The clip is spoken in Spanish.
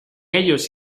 ellos